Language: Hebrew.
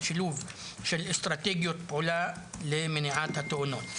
שילוב של אסטרטגיות פעולה למניעת התאונות.